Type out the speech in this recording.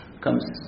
comes